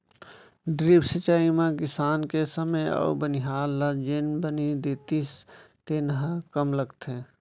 drip सिंचई म किसान के समे अउ बनिहार ल जेन बनी देतिस तेन ह कम लगथे